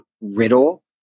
riddle